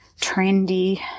trendy